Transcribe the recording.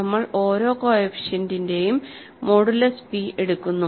നമ്മൾ ഓരോ കോഎഫിഷ്യന്റിന്റെയും മോഡുലുസ് പി എടുക്കുന്നു